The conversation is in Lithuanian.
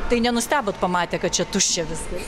tai nenustebot pamatę kad čia tuščia viskas